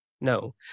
no